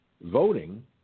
voting